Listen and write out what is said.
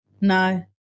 No